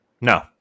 No